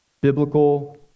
Biblical